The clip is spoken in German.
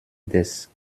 des